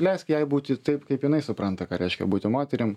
leisk jai būti taip kaip jinai supranta ką reiškia būti moterim